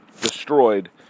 destroyed